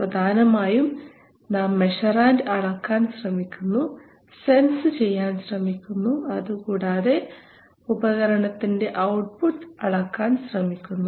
പ്രധാനമായും നാം മെഷറാൻഡ് അളക്കാൻ ശ്രമിക്കുന്നു സെൻസ് ചെയ്യാൻ ശ്രമിക്കുന്നു അതുകൂടാതെ ഉപകരണത്തിൻറെ ഔട്ട്പുട്ട് അളക്കാൻ ശ്രമിക്കുന്നു